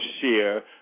share